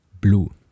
blue